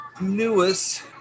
newest